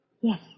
Yes